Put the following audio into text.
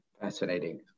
Fascinating